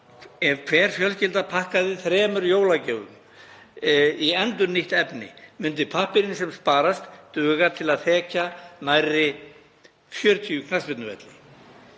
ef hver fjölskylda pakkaði þremur jólagjöfum í endurnýtt efni myndi pappírinn sem sparast duga til að þekja nærri 40 knattspyrnuvelli.